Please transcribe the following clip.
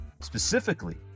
specifically